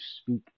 speak